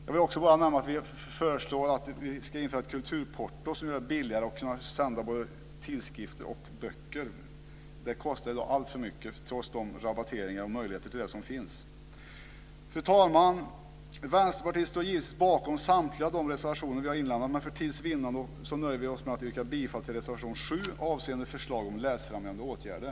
Jag vill också nämna att vi föreslår att vi ska införa ett kulturporto som gör det billigare att sända tidskrifter och böcker. Det kostar i dag alltför mycket trots de möjligheter till rabattering som finns. Fru talman! Vänsterpartiet står givetvis bakom samtliga de reservationer vi har lämnat in, men för tids vinnande nöjer jag mig med att yrka bifall till reservation 7 avseende Förslag om läsfrämjande åtgärder.